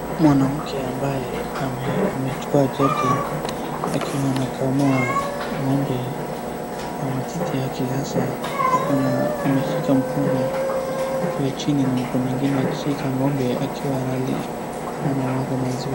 Mwanamke ambaye amechukua jerrican akiwa anakamua ng'ombe kwa matiti yake hasa ako na ameshika mkono kule chini ni mkono ingine ameshika ng'ombe akiwa anamwaga maziwa.